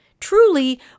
Truly